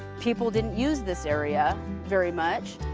people didn't use this area very much,